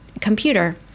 computer